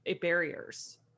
barriers